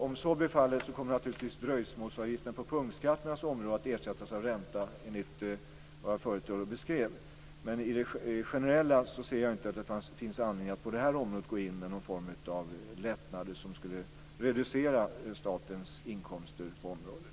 Om så blir fallet kommer naturligtvis dröjsmålsavgiften på punktskatternas område att ersättas av ränta enligt vad jag i det föregående beskrev. Generellt ser jag dock inte att det finns anledning att på det här området gå in med någon form av lättnader som skulle reducera statens inkomster på området.